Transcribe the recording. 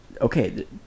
okay